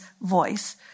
voice